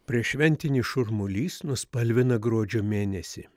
prieššventinis šurmulys nuspalvina gruodžio mėnesį